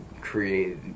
create